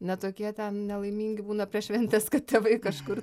ne tokie ten nelaimingi būna prieš šventes kad tėvai kažkur